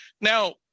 now